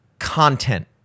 content